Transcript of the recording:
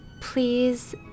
please